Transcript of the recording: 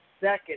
second